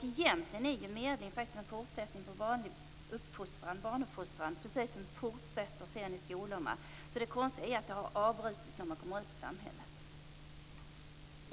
Egentligen är medling en fortsättning på vanlig barnuppfostran, precis som den fortsätter sedan i skolorna. Det konstiga är att den har avbrutits när barnen kommer ut i samhället.